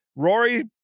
Rory